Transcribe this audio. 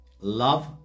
love